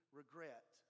regret